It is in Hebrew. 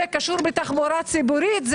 בתחבורה ציבורית,